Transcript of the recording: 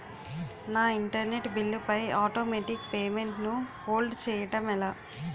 నా internet bill పై automatic payment ను హోల్డ్ చేయటం ఎలా?